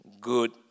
good